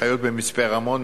שחיות במצפה-רמון,